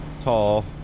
tall